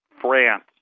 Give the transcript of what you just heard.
France